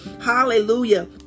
hallelujah